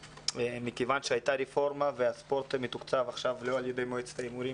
מכיוון שהיתה רפורמה והספורט לא מתוקצב עכשיו על-ידי מועצת ההימורים